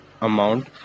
amount